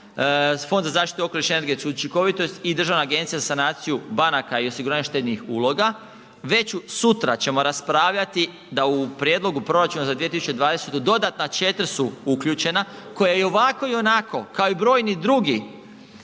Fond za zaštitu okoliša i energetsku učinkovitost i Državna agencija za sanaciju banaka i osiguranje štednih uloga, već sutra ćemo raspravljati da u prijedlogu proračuna za 2020. dodatna 4 su uključena koja i ovako i onako kao i brojni drugi